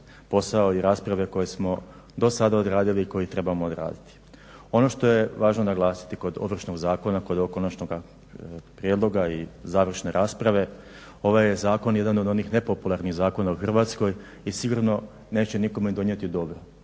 posao i rasprave koje smo do sada odradili i koje trebamo odraditi. Ono što je važno naglasiti kod Ovršnog zakona, kod ovog konačnog prijedloga i završne rasprave, ovaj je zakon jedan od onih nepopularnih zakona u Hrvatskoj i sigurno neće nikome donijeti dobro,